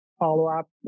follow-up